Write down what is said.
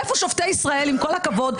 איפה שופטי ישראל עם כל הכבוד?